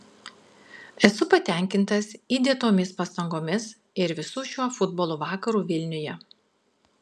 esu patenkintas įdėtomis pastangomis ir visu šiuo futbolo vakaru vilniuje